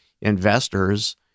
investors